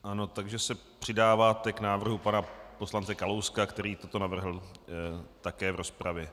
Ano, takže se přidáváte k návrhu pana poslance Kalouska, který toto navrhl také v rozpravě.